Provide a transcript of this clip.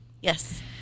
Yes